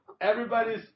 Everybody's